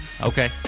okay